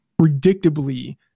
predictably